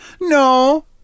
No